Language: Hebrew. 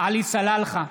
עלי סלאלחה,